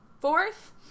fourth